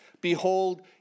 Behold